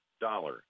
dollar